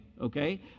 okay